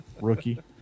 rookie